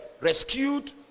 rescued